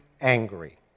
angry